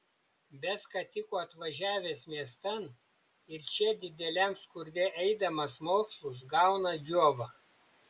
be skatiko atvažiavęs miestan ir čia dideliam skurde eidamas mokslus gauna džiovą